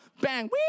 Bang